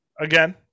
Again